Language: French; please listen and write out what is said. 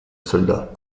soldats